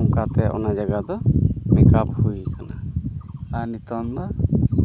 ᱚᱱᱠᱟᱛᱮ ᱚᱱᱟ ᱡᱟᱭᱜᱟᱫᱚ ᱢᱮᱠᱟᱯ ᱦᱩᱭᱠᱟᱱᱟ ᱟᱨ ᱱᱤᱛᱚᱝ ᱫᱚ